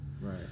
Right